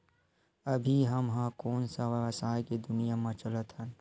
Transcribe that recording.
अभी हम ह कोन सा व्यवसाय के दुनिया म चलत हन?